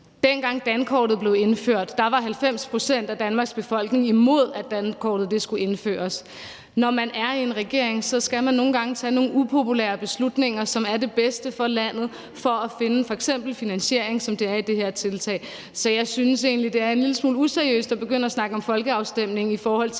Dengang dankortet blev indført, var 90 pct. af Danmarks befolkning imod, at dankortet skulle indføres. Når man er i en regering, skal man nogle gange tage nogle upopulære beslutninger, som er det bedste for landet, for f.eks. at finde en finansiering, som det er i det her tiltag. Så jeg synes egentlig, det er en lille smule useriøst at begynde at snakke om folkeafstemning i forhold til